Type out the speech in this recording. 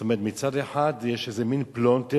זאת אומרת, מצד אחד, יש איזה מין פלונטר,